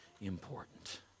important